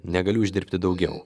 negali uždirbti daugiau